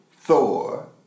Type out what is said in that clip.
Thor